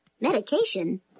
Medication